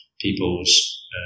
people's